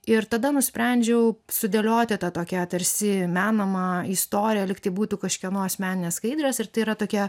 ir tada nusprendžiau sudėlioti tą tokią tarsi menamą istoriją lyg tai būtų kažkieno asmeninės skaidrės ir tai yra tokia